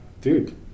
Dude